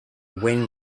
buen